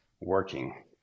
working